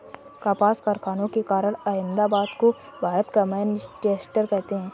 कपास कारखानों के कारण अहमदाबाद को भारत का मैनचेस्टर कहते हैं